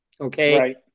Okay